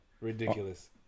Ridiculous